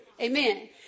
Amen